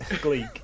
Gleek